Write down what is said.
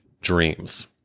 dreams